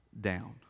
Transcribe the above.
down